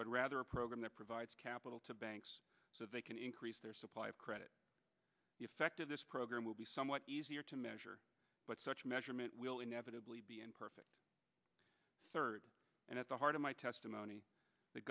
but rather a program that provides capital to banks so they can increase their supply of credit the effect of this program will be somewhat easier to measure but such measurement will inevitably be imperfect third and at the heart of my testimony the